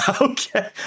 Okay